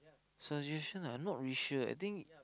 suggestion ah not really sure eh I think